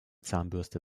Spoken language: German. zahnbürste